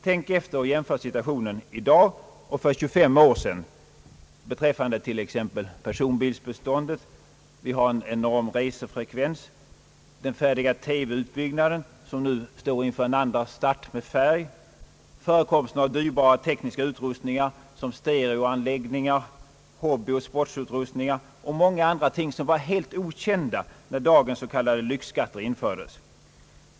Tänk efter och jämför situationen i dag med den som rådde för 25 år sedan beträffande t.ex. personbilsbeståndet. Vi har en enorm resefrekvens, den färdiga TV-utbyggnaden som nu står inför en andra start, med färg, förekomsten av dyrbara tekniska utrustningar såsom stereoanläggningar, hobbyoch sportsutrustningar och många andra ting som var helt okända när dagens s.k. lyxskatter infördes.